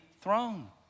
throne